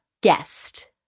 guest